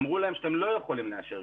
אמרו להם שהם לא יכולים לאשר.